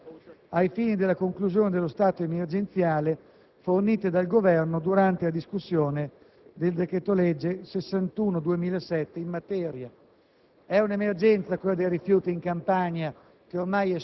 delle risorse a disposizione della struttura commissariale ai fini della conclusione dello stato emergenziale, fornite dal Governo durante la discussione del decreto-legge n. 61 del 2007 in materia.